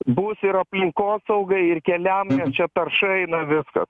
bus ir aplinkosaugai ir keliam nes čia tarša eina viskas